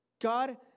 God